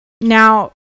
Now